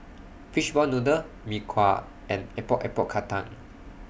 Fishball Noodle Mee Kuah and Epok Epok Kentang